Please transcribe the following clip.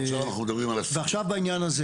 אני בעד ההצעה.